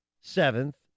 seventh